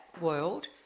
world